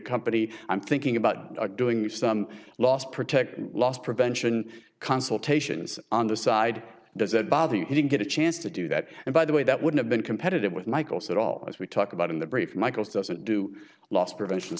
company i'm thinking about doing some last protecting loss prevention consultations on the side does that bother you he didn't get a chance to do that and by the way that would have been competitive with michael said all as we talk about in the brief michael's doesn't do loss prevention